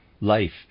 Life